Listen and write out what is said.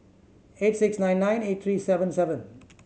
eight six nine nine eight three seven seven